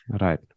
right